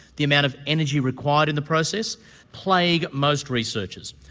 the amount of energy required in the process plagues most researchers.